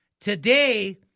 Today